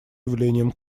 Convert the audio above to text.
явлением